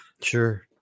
Sure